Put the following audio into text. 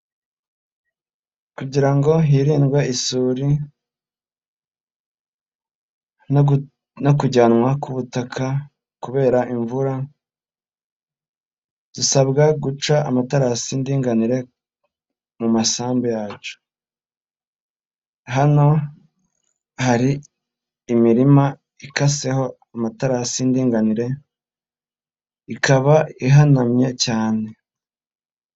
Kugira ngo hirindwe isuri no kujyanwa ku butaka, kubera imvura zisabwa guca amaterasi y'indinganire mu masambu yacu. Hano hari imirima ikaseho amatarasi y'indinganire, ikaba ihanamye cyane.